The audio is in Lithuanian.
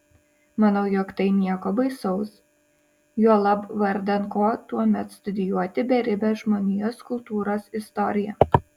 manau jog tai nieko baisaus juolab vardan ko tuomet studijuoti beribę žmonijos kultūros istoriją